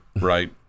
Right